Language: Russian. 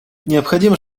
необходимо